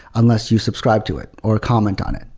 unless you subscribe to it, or a comment on it,